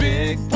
Big